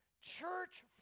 church